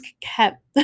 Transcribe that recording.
kept